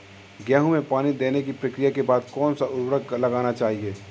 गेहूँ में पानी देने की प्रक्रिया के बाद कौन सा उर्वरक लगाना चाहिए?